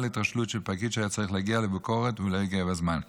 התרשלות של פקיד שהיה צריך להגיע לביקורת ולא הגיע בזמן.